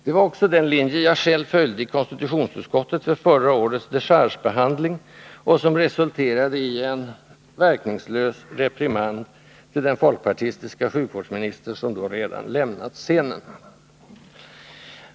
Det var också den linje jag själv följde i konstitutionsutskottet vid förra årets dechargebehandling och som resulterade i en — verkningslös — reprimand till den folkpartistiska sjukvårdsminister som då redan lämnat scenen.